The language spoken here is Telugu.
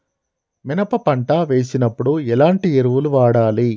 మినప పంట వేసినప్పుడు ఎలాంటి ఎరువులు వాడాలి?